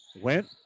Went